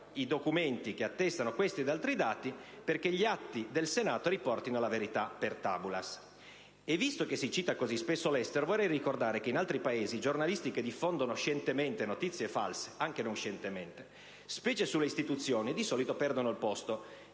i documenti che attestano questi ed altri dati, perché gli atti del Senato riportino la verità *per tabulas*. Visto che si cita così spesso l'estero, vorrei ricordare che in altri Paesi, i giornalisti che diffondono scientemente (ma anche non scientemente) notizie false, specie sulle istituzioni, di solito perdono il posto,